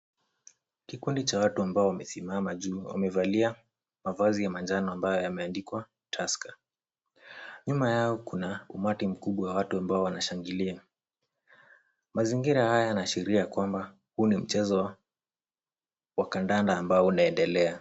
Kikundi cha watu ambao wamesimama juu wamevalia mavazi ya manjano ambayo yameandikwa Tusker. Nyuma yao kuna umati mkubwa wa watu ambao wanashangilia. Mazingira haya yanaashiria kwamba huu ni mchezo wa kandanda ambao unaendelea.